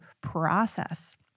process